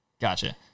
Gotcha